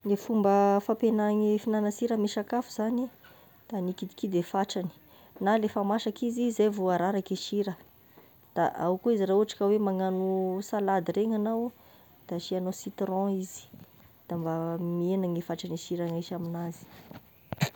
Ny fomba fampihegna ny fihignagnan-tsira amin'ny sakafo zagny, da nikidikidy fatrany na lefa masaky izy zay vao araraky sira, da ao koa izy raha ohatry ka hoe magnano salade regny agnao, de asiagnao citron izy, da mba mihena fatrany sira misy amign'azy